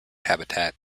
habitat